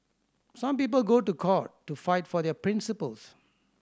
some people go to court to fight for their principles